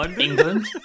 England